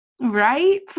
Right